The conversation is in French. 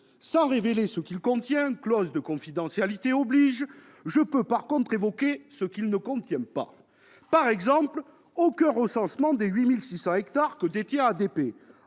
Sans révéler ce qu'il contient- clause de confidentialité oblige -, je puis évoquer ce qu'il ne contient pas. On n'y trouve, par exemple, aucun recensement des 8 600 hectares que détient ADP,